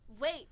Wait